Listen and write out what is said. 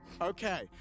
Okay